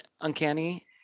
Uncanny